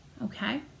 Okay